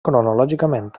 cronològicament